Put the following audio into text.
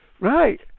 Right